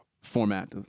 format